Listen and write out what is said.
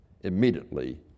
immediately